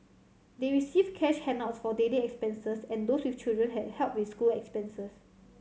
they received cash handouts for daily expenses and those with children had help with school expenses